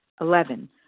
Eleven